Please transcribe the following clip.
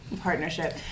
Partnership